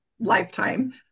lifetime